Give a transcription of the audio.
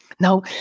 Now